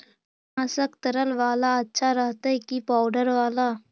कीटनाशक तरल बाला अच्छा रहतै कि पाउडर बाला?